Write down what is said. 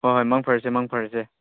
ꯍꯣꯏ ꯍꯣꯏ ꯃꯪ ꯐꯔꯁꯦ ꯃꯪ ꯐꯔꯁꯦ